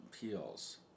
Peels